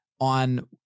on